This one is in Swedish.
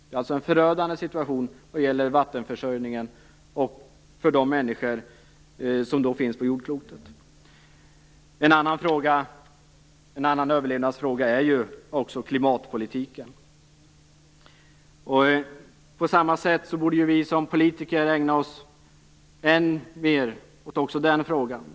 Det är en förödande situation när det gäller vattenförsörjningen för de människor som då finns på jordklotet. En annan överlevnadsfråga är klimatpolitiken. På samma sätt borde vi som politiker ägna oss än mer åt också denna fråga.